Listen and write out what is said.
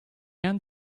end